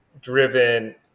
driven